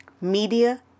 media